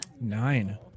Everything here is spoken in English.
Nine